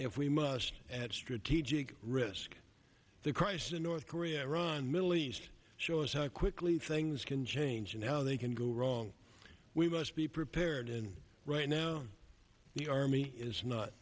if we must at strategic risk the crisis in north korea iran middle east show us how quickly things can change and how they can go wrong we must be prepared and right now the army is not